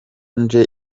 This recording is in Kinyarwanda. nje